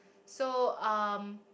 so um